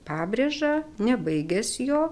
pabrėža nebaigęs jo